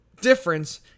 difference